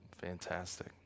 Fantastic